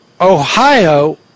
ohio